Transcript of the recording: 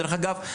דרך אגב,